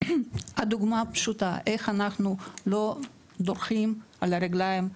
הדוגמא הפשוטה, איך אנחנו לא דורכים על הרגליים,